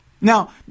Now